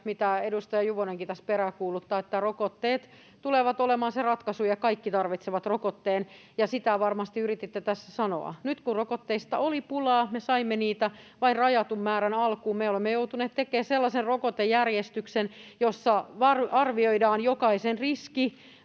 mitä edustaja Juvonenkin tässä peräänkuuluttaa, että rokotteet tulevat olemaan se ratkaisu, ja kaikki tarvitsevat rokotteen. Sitä varmasti yrititte tässä sanoa. Nyt kun rokotteista oli pulaa ja me saimme niitä vain rajatun määrän alkuun, me olemme joutuneet tekemään sellaisen rokotejärjestyksen, jossa arvioidaan jokaisen riski,